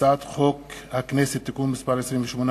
הצעת חוק הכנסת (תיקון מס' 28),